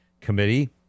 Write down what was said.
Committee